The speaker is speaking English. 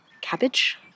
cabbage